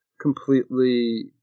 completely